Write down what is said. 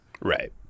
right